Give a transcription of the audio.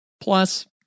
Plus